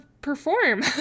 perform